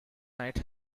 night